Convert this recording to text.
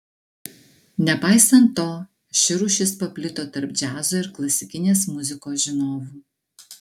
nepaisant to ši rūšis paplito tarp džiazo ir klasikinės muzikos žinovų